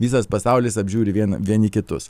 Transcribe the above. visas pasaulis apžiūri vien vieni kitus